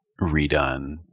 redone